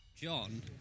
John